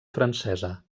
francesa